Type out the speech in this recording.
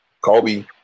kobe